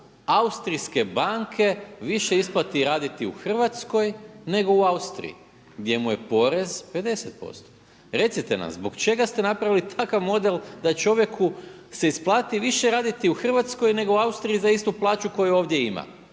austrijske banke više isplati raditi u Hrvatskoj nego u Austriji, gdje mu je porez 50%? Recite nam, zbog čega ste napravili takav model da se čovjeku više isplati raditi u Hrvatskoj nego u Austriji za istu plaću koju ovdje ima?